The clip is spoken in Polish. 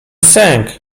sęk